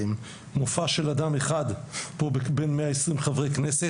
מופע של אדם אחד פה בין מאה עשרים חברי כנסת,